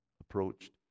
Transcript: approached